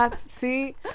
see